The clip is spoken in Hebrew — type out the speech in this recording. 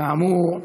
כאמור,